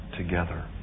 together